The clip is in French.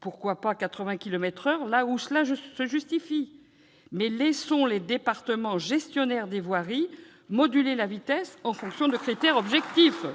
Pourquoi pas 80 kilomètres par heure là où cela se justifie ? Mais laissons plutôt les départements, gestionnaires des voiries, moduler la vitesse en fonction de critères objectifs